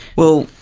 well,